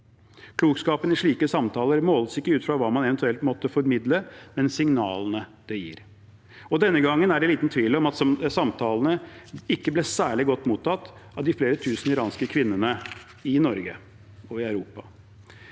Klokskapen i slike samtaler måles ikke ut fra hva man eventuelt måtte formidle, men signalene de gir. Denne gangen er det liten tvil om at samtalene ikke ble særlig godt mottatt av de flere tusen iranske kvinnene i Norge og i Europa.